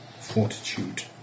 Fortitude